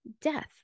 death